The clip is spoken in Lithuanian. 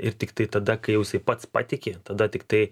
ir tiktai tada kai jisai pats patiki tada tiktai